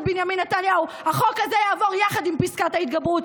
בנימין נתניהו החוק הזה יעבור יחד עם פסקת ההתגברות,